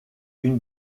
une